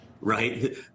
right